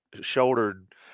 shouldered